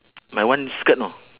my one skirt know